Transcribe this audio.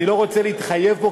אני לא רוצה להתחייב פה,